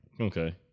okay